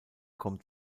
kommt